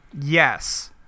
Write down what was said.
Yes